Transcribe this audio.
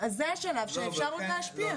מחסור והתשובות באוצר, לא,